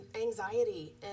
anxiety